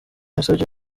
yasabye